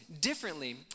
Differently